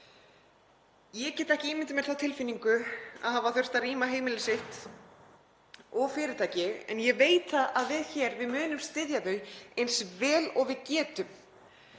Ég get ekki ímyndað mér þá tilfinningu að hafa þurft að rýma heimili sitt og fyrirtæki en ég veit það að við hér munum styðja þau eins vel og við getum.